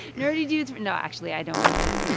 nerdy dudes no, actually, i don't mean that.